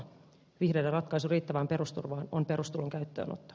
vihreiden ratkaisu riittävään perusturvaan on perustulon käyttöönotto